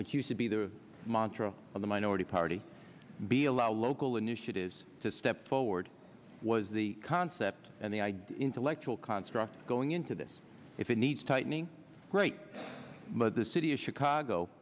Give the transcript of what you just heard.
which used to be the mantra of the minority party be allow local initiatives to step forward was the concept and the idea intellectual construct going into this if it needs tightening right but the city of chicago